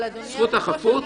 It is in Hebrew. זכות החפות?